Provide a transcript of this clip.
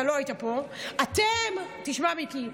אתה לא היית פה, תשמע, מיקי: